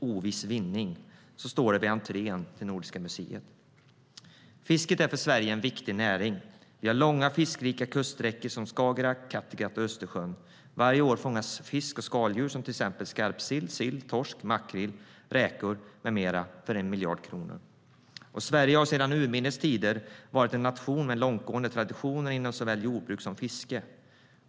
Oviss vinning. Så står det vid entrén till Nordiska museet. Fisket är för Sverige en viktig näring. Vi har långa fiskrika kuststräckor som Skagerrak, Kattegatt och Östersjön. Varje år fångas fisk och skaldjur, till exempel skarpsill, sill, torsk, makrill, räkor med mera, för 1 miljard kronor. Sverige har sedan urminnes tider varit en nation med långtgående traditioner inom såväl jordbruk som fiske.